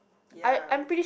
ya